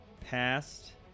passed